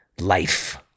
Life